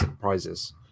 prizes